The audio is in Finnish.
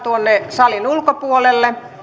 salin ulkopuolelle